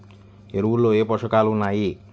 ఎరువులలో ఏ పోషకాలు ఉన్నాయి?